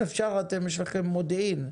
יש לכם מודיעין,